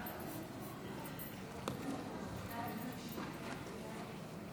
גברתי היושבת בראש,